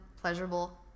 pleasurable